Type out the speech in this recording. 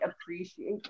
appreciate